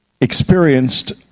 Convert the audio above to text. experienced